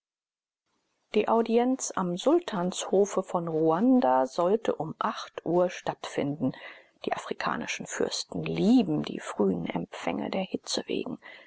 die audienz am sultanshofe von ruanda sollte um acht uhr stattfinden die afrikanischen fürsten lieben die frühen empfänge der hitze wegen